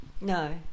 No